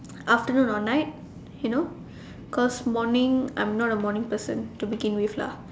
afternoon or night you know cause morning I'm not a morning person to begin with lah